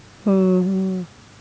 mm